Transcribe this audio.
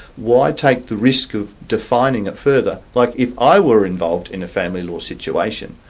why take the risk of defining it further? like if i were involved in a family law situation,